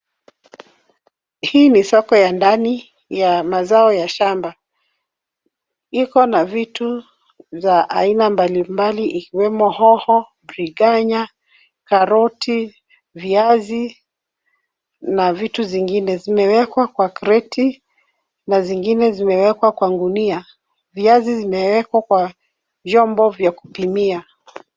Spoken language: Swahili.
Hii ni soko ya ndani ya mazao ya shamba. Iko na vitu za aina mbalimbali ikiwemo hoho, biriganya, karoti, viazi, na vitu zingine. Zimewekwa kwa kreti na zingine zimewekwa kwa gunia. Viazi zimewekwa kwa vyombo vya kupimia.